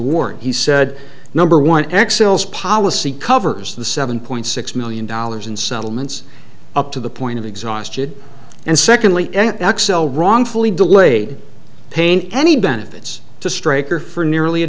award he said number one x sells policy covers the seven point six million dollars in settlements up to the point of exhaustion and secondly xcel wrongfully delayed paying any benefits to straker for nearly a